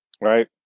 Right